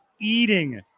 eating